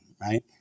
right